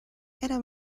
era